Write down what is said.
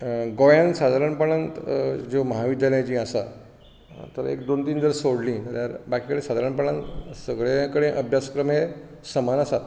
गोंयांत सादारणपणांत ज्यो महाविद्यालय जीं आसा एक दोन तीन जर सोडलीं जाल्यार बाकी कडेन सादारणपणान सगळे कडेन अभ्यासक्रम हे समान आसात